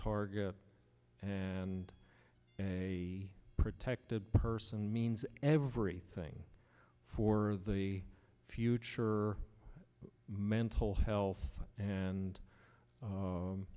target and a protected person means every thing for the future mental health and